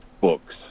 books